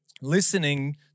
listening